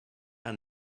and